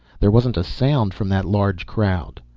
there wasn't a sound from that large crowd.